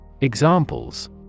Examples